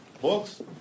books